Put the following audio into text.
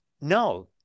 no